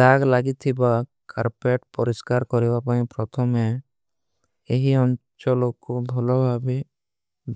ଦାଗ ଲାଗୀ ଥୀ ଵା କରପେଟ ପରିଶକାର କରେଵା ପାଏଂ ପ୍ରତମେଂ। ଏହୀ ଅଂଚଲୋ କୋ ଭଲୋ ଭାଵେ